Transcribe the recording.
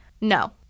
no